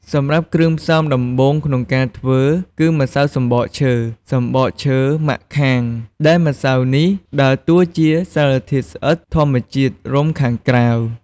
សម្រាប់គ្រឿងផ្សំដំបូងក្នុងការធ្វើ គឺម្សៅសំបកឈើ សំបកឈើម៉ាក់ខាង ដែលម្សៅនេះដើរតួជាសារធាតុស្អិតធម្មជាតិរុំខាងក្រៅ។